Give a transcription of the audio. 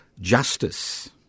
justice